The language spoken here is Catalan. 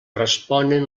responen